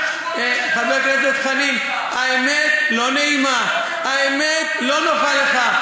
חבר הכנסת חנין, האמת לא נעימה, האמת לא נוחה לך.